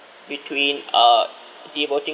between uh devoting